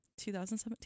2017